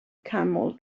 camel